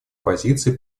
позиции